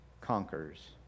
conquers